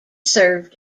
served